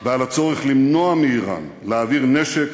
ועל הצורך למנוע מאיראן להעביר נשק